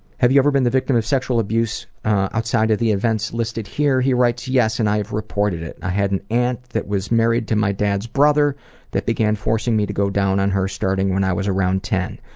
have you ever been the victim of sexual abuse outside of the events listed here? he writes yes, and i have reported it. i had an aunt that was married to my dad's brother that began forcing me to go down on her starting when i was around ten.